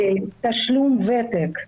תשלום ותק.